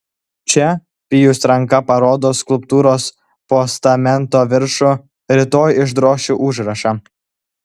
čia pijus ranka parodo skulptūros postamento viršų rytoj išdrošiu užrašą